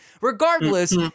Regardless